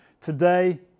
Today